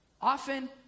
Often